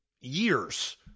years